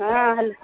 ହଁ ହାଲ